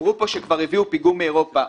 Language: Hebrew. אמרו פה שכבר הביאו פיגום מאירופה.